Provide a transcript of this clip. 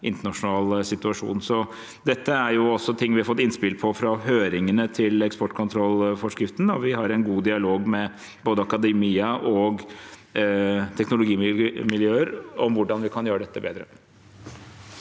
internasjonal situasjon. Dette er også ting vi har fått innspill om i høringene til eksportkontrollforskriften, og vi har en god dialog med både akademia og teknologimiljøer om hvordan vi kan gjøre dette bedre.